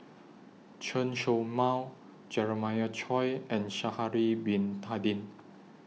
Chen Show Mao Jeremiah Choy and Sha'Ari Bin Tadin